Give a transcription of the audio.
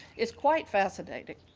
it's quite fascinating.